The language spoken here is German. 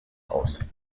aus